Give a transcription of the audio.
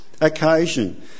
occasion